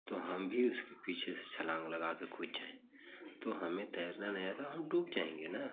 तो हम भी उसके पीछे से छलाँग लगाकर कूद जाएँ तो हमें तैरना नहीं आता हम डूब जाएँगे ना